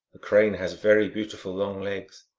the crane has very beautiful long legs,